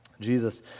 Jesus